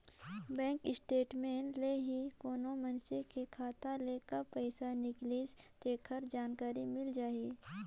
bank statement ले ही कोनो मइनसे के खाता ले कब पइसा निकलिसे तेखर जानकारी मिल पाही